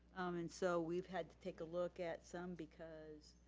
and so, we've had to take a look at some because,